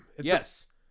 Yes